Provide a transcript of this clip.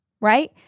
right